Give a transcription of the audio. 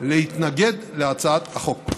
להתנגד להצעת החוק.